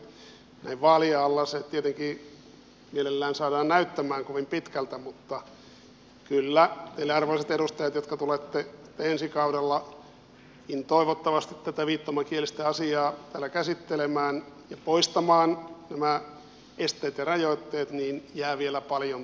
näin vaalien alla se tietenkin mielellään saadaan näyttämään kovin pitkältä mutta kyllä teille arvoisat edustajat jotka tulette ensi kaudellakin toivottavasti tätä viittomakielisten asiaa täällä käsittelemään ja poistamaan nämä esteet ja rajoitteet jää vielä paljon tehtävää